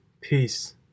Peace